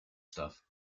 stuff